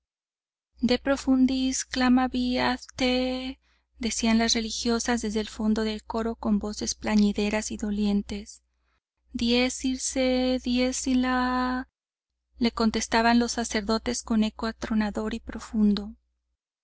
de profundis clamavi ad te decían las religiosas desde el fondo del coro con voces plañideras y dolientes dies ir dies illa le contestaban los sacerdotes con eco atronador y profundo